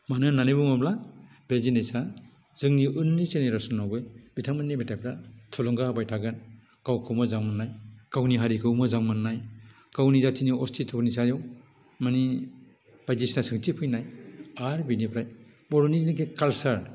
मानो होननानै बुङोब्ला बे जिनिसा जोंनि जेनेरेसननावबो बिथांमोननि मेथाइफ्रा थुलुंगा होबाय थागोन गावखौ मोजां मोननाय गावनि हारिखौ मोजां मोननाय गावनि जातिनि अस्तित'नि सायाव माने बायदिसिना सोंथि फैनाय आरो बिनिफ्राय बर'फोरनि जिनिकि कालसार